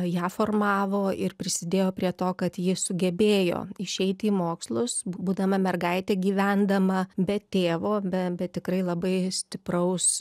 ją formavo ir prisidėjo prie to kad ji sugebėjo išeiti į mokslus būdama mergaitė gyvendama be tėvo be be tikrai labai stipraus